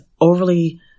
overly